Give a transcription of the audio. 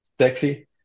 sexy